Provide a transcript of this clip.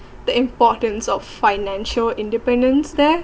the importance of financial independence there